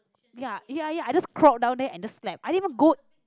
ya ya ya I just crawled down there and just slept I didn't even go